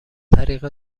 طریق